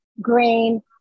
grain